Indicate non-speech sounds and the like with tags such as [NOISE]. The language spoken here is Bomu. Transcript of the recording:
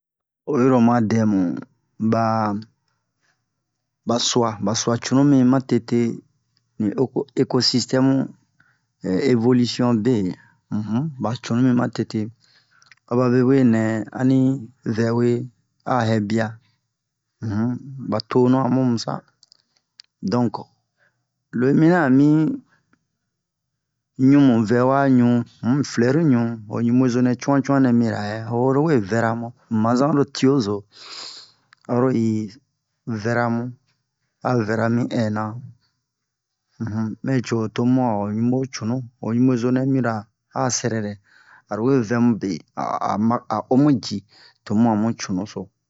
oyi ro oma dɛmu ba ba su'a ba su'a cunu mi ma tete ni eko ekosistɛmu [HESITATION] evolision be [HESITATION] ba cunu mi ma tete a babe we nɛ ani vɛwe a hɛ bia <um>ba tonu a mu mu sa donk lo yi mina a mi ɲu mu vɛwa ɲu um flɛru ɲu ho ɲubezo cu'an cu'an nɛ mira yɛ o ho lowe vɛramu mu man zan oro tiozo aro i vɛra mu a vɛra mi inna [HESITATION] mɛ co to mu a ho ɲuɓo cunu ho ŋubozo nɛ mira a'a sɛrɛrɛ aro we vɛ mu be a a ma a omu ji tomu a mu cunu so